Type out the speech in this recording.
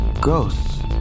Ghosts